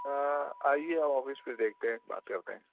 آئیے ہم آفس پہ دیکھتے ہیں بات کرتے ہیں